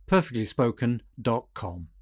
perfectlyspoken.com